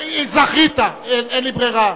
זכית, אין לי ברירה.